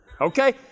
Okay